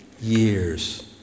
years